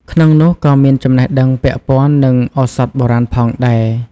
ក្នុងនោះ ក៏មានចំណេះដឹងពាក់ព័ន្ធនឹងឱសថបុរាណផងដែរ។